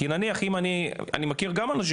כי אני מכיר גם אנשים,